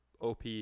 OP